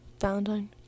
valentine